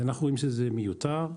אנחנו רואים שזה מיותר.